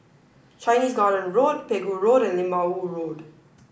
Chinese Garden Road Pegu Road and Lim Ah Woo Road